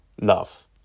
love